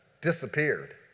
disappeared